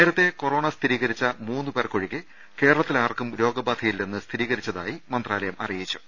നേരത്തേ കൊറോണ സ്ഥിരീക രിച്ച മൂന്നു പേർക്കൊഴികെ കേരളത്തിൽ ആർക്കും രോഗ ബാധയി ല്ലെന്ന് സ്ഥിരീകരിച്ചതായും മന്ത്രാലയം അറിയിച്ചു